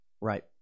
Right